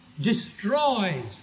destroys